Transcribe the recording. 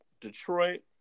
detroit